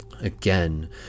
again